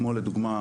כמו לדוגמא,